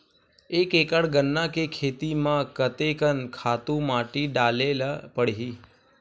एक एकड़ गन्ना के खेती म कते कन खातु माटी डाले ल पड़ही?